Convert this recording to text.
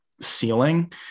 ceiling